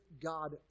God